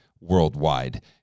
Worldwide